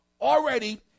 already